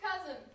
cousin